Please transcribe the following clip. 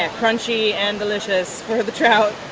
and crunchy and delicious for the trout.